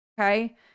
okay